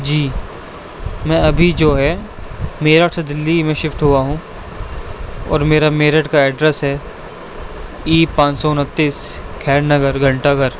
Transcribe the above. جی میں ابھی جو ہے میرٹھ سے دلی میں شفٹ ہوا ہوں اور میرا میرٹھ کا ایڈریس ہے ای پانچ سو انتیس خیر نگر گھنٹہ گھر